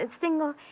single